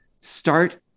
start